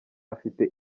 afite